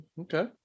Okay